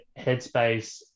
headspace